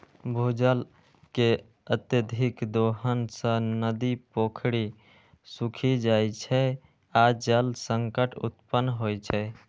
भूजल के अत्यधिक दोहन सं नदी, पोखरि सूखि जाइ छै आ जल संकट उत्पन्न होइ छै